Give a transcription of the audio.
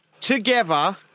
together